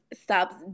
stops